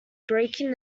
breaking